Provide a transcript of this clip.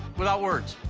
without words.